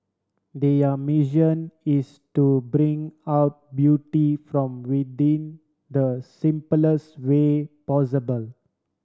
their mission is to bring out beauty from within the simplest way possible